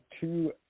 two